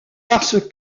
parce